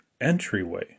entryway